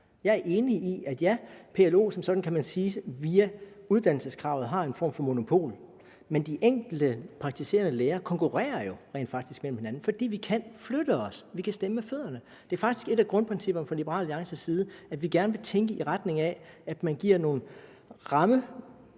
Jeg er enig i, at ja, PLO har som sådan via uddannelseskravet en form for monopol, det kan man sige, men de enkelte praktiserende læger konkurrerer jo rent faktisk med hinanden, fordi vi kan flytte os, vi kan stemme med fødderne. Det er faktisk et af grundprincipperne for Liberal Alliance, at vi gerne vil tænke i retning af, at man giver nogle